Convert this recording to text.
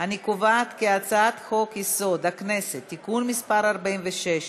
אני קובעת כי חוק-יסוד: הכנסת (תיקון מס' 46),